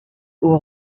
aux